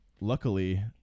Luckily